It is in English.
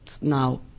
now